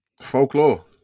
Folklore